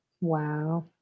Wow